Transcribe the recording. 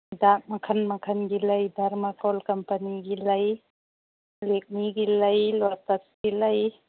ꯍꯤꯗꯥꯛ ꯃꯈꯜ ꯃꯈꯜꯒꯤ ꯂꯩ ꯗꯔꯃꯥꯀꯣꯜ ꯀꯝꯄꯅꯤꯒꯤ ꯂꯩ ꯂꯦꯛꯃꯤꯒꯤ ꯂꯩ ꯂꯣꯇꯁꯀꯤ ꯂꯩ